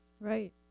right